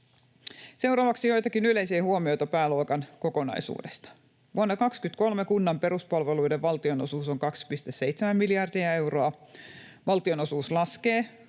Seuraavaksi joitakin yleisiä huomioita pääluokan kokonaisuudesta: Vuonna 23 kunnan peruspalveluiden valtionosuus on 2,7 miljardia euroa. Valtionosuus laskee